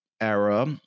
era